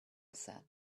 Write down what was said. said